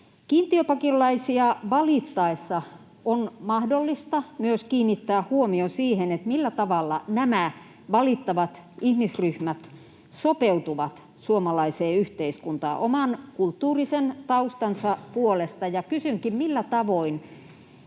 Kiintiöpakolaisia valittaessa on mahdollista kiinnittää huomiota myös siihen, millä tavalla nämä valittavat ihmisryhmät sopeutuvat suomalaiseen yhteiskuntaan oman kulttuurisen taustansa puolesta. Kysynkin: millä tavoin